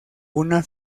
una